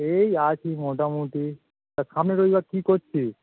এই আছি মোটামুটি তা সামনে রবিবার কী করছিস